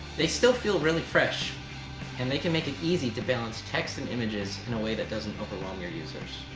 they still feel really fresh and they can make it easy to balance text and images in a way that doesn't overwhelm your users.